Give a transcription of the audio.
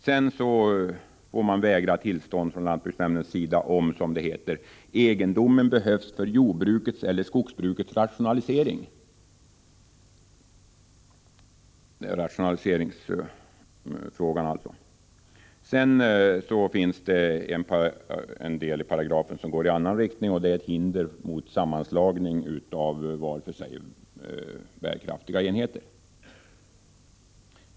Lantbruksnämnden kan också vägra tillstånd om, som det heter, ”egendomen behövs för jordbrukets eller skogsbrukets rationalisering”. Det finns också ett stadgande som gäller det motsatta förhållandet, dvs. som innebär hinder mot sammanslagning av var för sig bärkraftiga enheter.